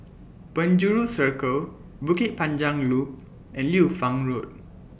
Penjuru Circle Bukit Panjang Loop and Liu Fang Road